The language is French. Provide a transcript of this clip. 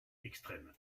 extrême